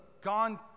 gone